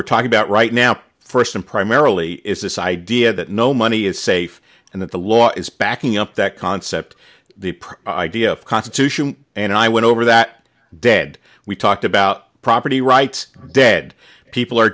we're talking about right now first and primarily is this idea that no money is safe and that the law is backing up that concept the idea of constitution and i went over that dead we talked about property rights dead people are